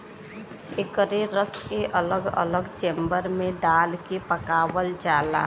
एकरे रस के अलग अलग चेम्बर मे डाल के पकावल जाला